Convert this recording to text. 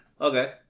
Okay